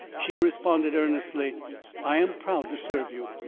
she responded earnestly i am proud to serve you.